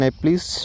please